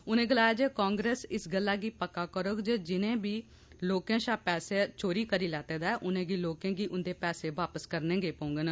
उनें गलाया जे कांग्रेस इस गल्ला गी पक्का करोग जे जिने बी लोकें षा पैसे चोरी करी लैते दे न उनेंगी उन्दे लोके दे पैसे वापस करने गै पोडन